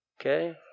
Okay